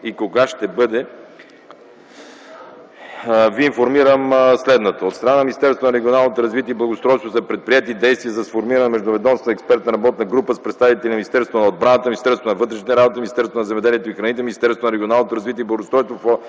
земи, Ви информирам следното. От страна на Министерството на регионалното развитие и благоустройството са предприети действия за сформиране на Междуведомствена експертна работна група с представители на Министерството на отбраната, Министерството на вътрешните работи, Министерството на земеделието и храните, Министерството на регионалното развитие и благоустройството